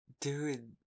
Dude